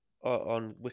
On